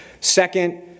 Second